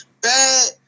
Bad